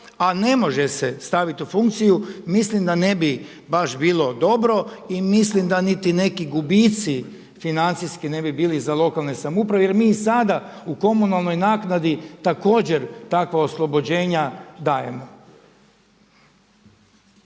a ne može se staviti u funkciju mislim da ne bi baš bilo dobro i mislim da niti neki gubitci financijski ne bi bili za lokalne samouprave jer mi i sada u komunalnoj naknadi također takva oslobođenja dajemo.